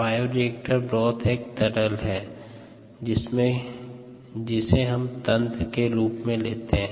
bioreactor broth एक तरल है जिसे हम तंत्र के रूप में लेते हैं